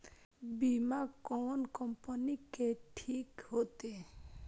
बीमा कोन कम्पनी के ठीक होते?